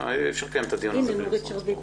אי אפשר לקיים את הדיון הזה בלי משרד הספורט.